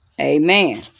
Amen